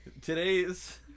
Today's